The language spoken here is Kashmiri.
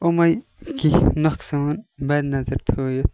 یِمَے کیٚنٛہہ نۄقصان مَدٕ نَظَر تھٲیِتھ